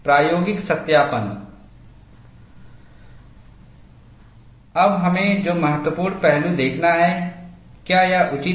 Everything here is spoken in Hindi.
प्रायोगिक सत्यापन अब हमें जो महत्वपूर्ण पहलू देखना है क्या यह उचित है